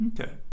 Okay